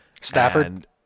Stafford